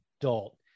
adult